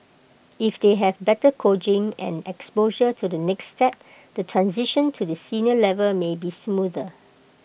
if they have better coaching and exposure to the next step the transition to the senior level may be smoother